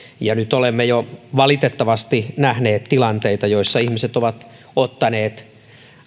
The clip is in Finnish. nyt olemme jo valitettavasti nähneet tilanteita joissa ihmiset ovat ottaneet